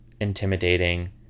intimidating